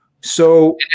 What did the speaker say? So-